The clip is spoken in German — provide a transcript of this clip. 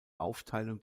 aufteilung